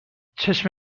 چشم